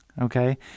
okay